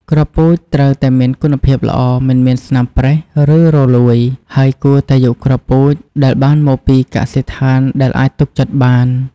គ្រាប់ពូជត្រូវតែមានគុណភាពល្អ មិនមានស្នាមប្រេះ ឬរលួយ ហើយគួរតែយកគ្រាប់ពូជដែលបានមកពីកសិដ្ឋានដែលអាចទុកចិត្តបាន។